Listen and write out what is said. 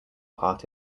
part